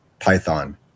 Python